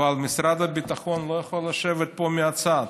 אבל משרד הביטחון לא יכול לשבת פה בצד.